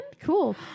Cool